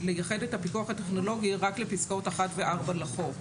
לייחד את הפיקוח הטכנולוגי רק על פסקאות (1) ו-(4) לחוק.